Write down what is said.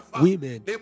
women